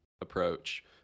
approach